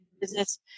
Business